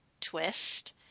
twist